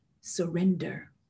surrender